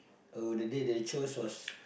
oh the date they chose was